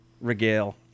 regale